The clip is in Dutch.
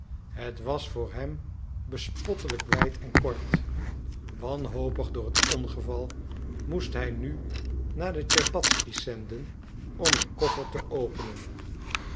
het was voor hem bespottelijk wijd en kort wanhopig door het ongeval moest hij nu naar de tscherbatzky's zenden om een koffer te openen